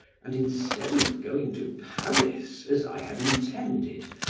and, instead of going to paris as i had intended,